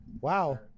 Wow